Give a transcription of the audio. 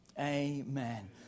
amen